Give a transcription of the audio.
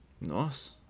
Nice